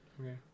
okay